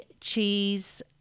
cheese